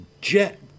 jet